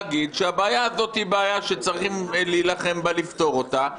הבעיה הזאת היא בעיה שצריך להילחם בה, לפתור אותה.